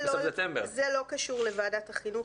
למיטב הבנתי זה לא קשור לוועדת החינוך.